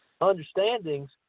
understandings